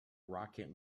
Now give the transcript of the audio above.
rocket